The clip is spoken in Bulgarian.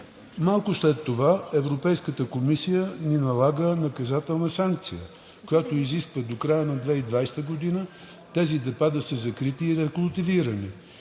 Малко след това Европейската комисия ни налага наказателна санкция, която изисква до края на 2020 г. тези депа да са закрити и рекултивирани.